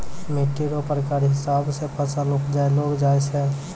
मिट्टी रो प्रकार हिसाब से फसल उपजैलो जाय छै